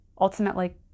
ultimately